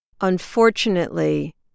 Unfortunately